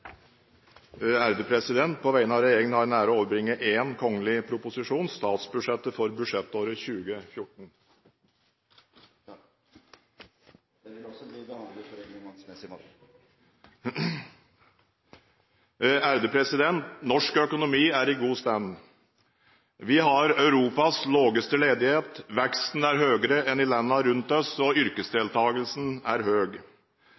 bli behandlet på reglementsmessig måte. Norsk økonomi er i god stand. Vi har Europas laveste ledighet. Veksten er høyere enn i landene rundt oss, og yrkesdeltagelsen er